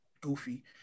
goofy